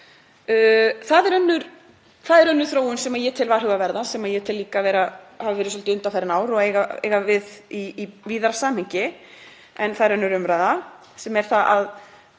Það er önnur þróun sem ég tel varhugaverða sem ég tel líka hafa verið svolítið undanfarin ár og eiga við í víðara samhengi en það er önnur umræða, sem er að